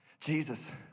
Jesus